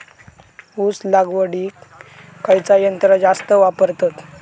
ऊस लावडीक खयचा यंत्र जास्त वापरतत?